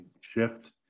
shift